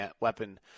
weapon